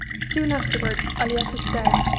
soon afterwards aliette is dead,